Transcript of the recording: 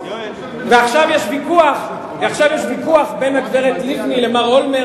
ועכשיו יש ויכוח בין הגברת לבני למר אולמרט